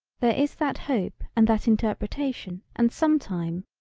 there is that hope and that interpretation and sometime,